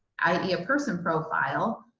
i e. a person profile,